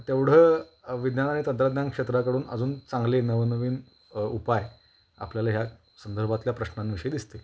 तेवढं विज्ञान आणि तंत्रज्ञान क्षेत्राकडून अजून चांगले नवनवीन उपाय आपल्याला ह्या संदर्भातल्या प्रश्नांविषयी दिसतील